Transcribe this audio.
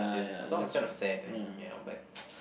this song is kind of sad and ya but